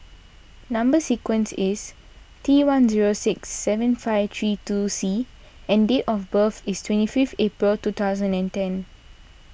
Number Sequence is T one zero six seven five three two C and date of birth is twenty fifth April two thousand and ten